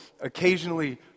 occasionally